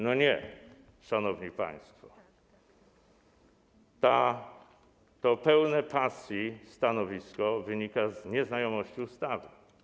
No nie, szanowni państwo, to pełne pasji stanowisko wynika z nieznajomości ustawy.